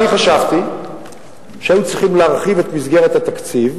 אני חשבתי שהיו צריכים להרחיב את מסגרת התקציב,